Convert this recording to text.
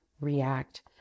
react